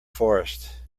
forest